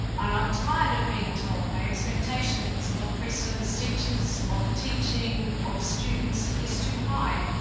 and i'm tired of being told my expectations of pre-service teachers, of teaching, of students is too high.